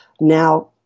now